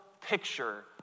picture